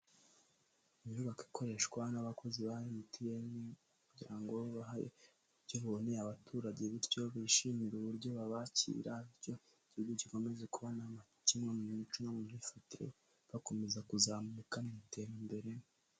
Inyubako ikoreshwa n'abakozi ba MTN, kugira ngo babahe uburyo buboneye abaturage, bityo bishimire uburyo babakira, bityo igihugu gikome kuba indakemwa, mu mico no muyifatire, bakomeza kuzamuka mu iterambere.